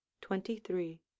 Twenty-three